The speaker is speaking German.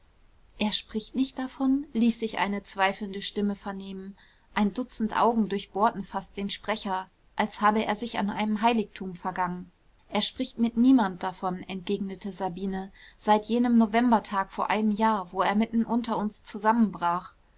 er spricht nicht davon ließ sich eine zweifelnde stimme vernehmen ein dutzend augen durchbohrten fast den sprecher als habe er sich an einem heiligtum vergangen er spricht mit niemand davon entgegnete sabine seit jenem novembertag vor einem jahr wo er mitten unter uns zusammenbrach